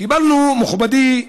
קיבלנו, מכובדי היושב-ראש,